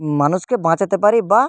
মানুষকে বাঁচাতে পারি বা